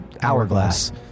Hourglass